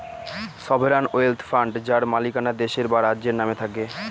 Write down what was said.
sovereign wealth fund যার মালিকানা দেশের বা রাজ্যের নামে থাকে